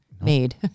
made